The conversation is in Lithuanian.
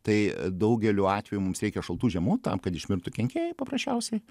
tai daugeliu atveju mums reikia šaltų žiemų tam kad išmirtų kenkėjai paprasčiausiai